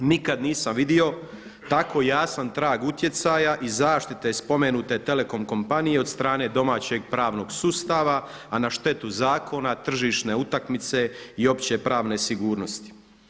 Nikad nisam vidio tako jasan trag utjecaja i zaštite spomenute telekom kompanije od strane domaćeg pravnog sustava a na štetu zakona, tržišne utakmice i opće pravne sigurnosti.